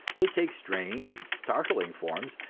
they take strange and startling forms,